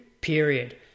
period